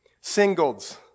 Singles